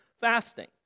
fasting